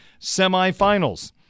semifinals